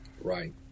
right